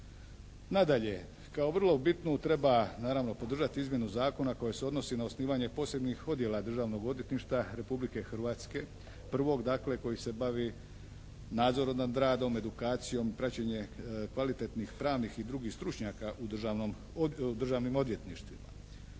Nadalje, kao vrlo bitno treba naravno podržati izmjenu zakona koja se odnosi na osnivanje posebnih odjela Državnog odvjetništva Republike Hrvatske, prvog dakle koji se bavi nadzorom nad radom, edukacijom, praćenje kvalitetnih pravnih i drugih stručnjaka u državnim odvjetništvima.